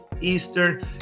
Eastern